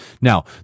Now